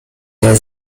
der